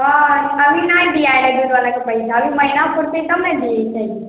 हॅं अभी नहि दिअ अयलै गोबर रखै अभी महीना पुरतै तब न दियेतै